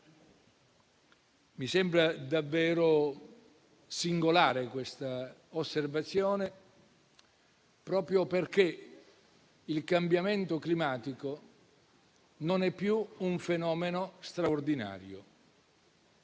Mi sembra davvero singolare questa osservazione, proprio perché il cambiamento climatico non è più un fenomeno straordinario;